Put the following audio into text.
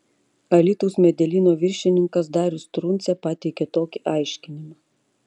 alytaus medelyno viršininkas darius truncė pateikė tokį aiškinimą